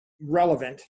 relevant